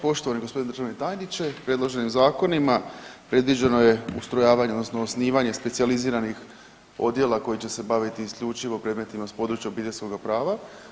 Poštovani gospodine državni tajniče, predloženim zakonima predviđeno je ustrojavanje odnosno osnivanje specijaliziranih odjela koji će se baviti isključivo predmetima s područja obiteljskoga prava.